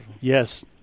Yes